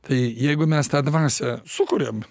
tai jeigu mes tą dvasią sukuriam